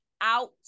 out